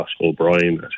O'Brien